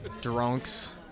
drunks